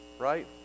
right